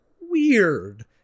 weird